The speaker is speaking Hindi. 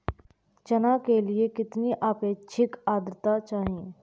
चना के लिए कितनी आपेक्षिक आद्रता चाहिए?